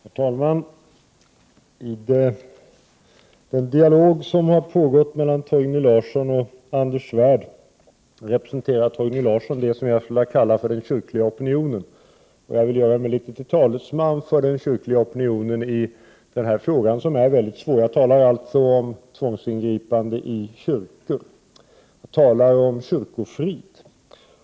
Herr talman! I den dialog som har pågått mellan Torgny Larsson och Anders Svärd representerar Torgny Larsson det som jag skulle vilja kalla för den kyrkliga opinionen. Jag vill i den här mycket svåra frågan göra mig till något av en talesman för den kyrkliga opinionen. Jag talar alltså om frågan om tvångsingripanden i kyrkor och kyrkofrid.